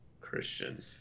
Christian